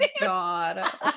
god